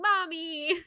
mommy